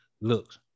looks